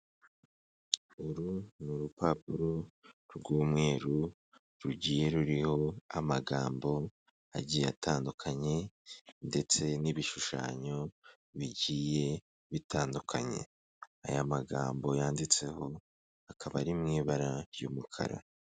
Uru ni urupapuro rw'umweru, rugiye ruriho amagambo agiye atandukanye ndetse n'ibishushanyo bigiye bitandukanye. Aya magambo yanditseho akaba ari mu ibara ry'umukara.